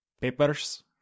Paper's